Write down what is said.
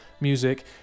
music